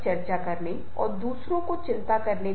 अर्थ यह है कि प्रत्येक भाषा मे है